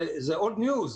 זה old news.